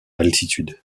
altitude